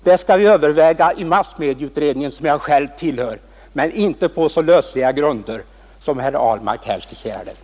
Det skall vi överväga i massmedieutredningen, som jag själv tillhör, men inte på så lösa grunder som herr Ahlmark här har skisserat.